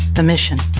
the mission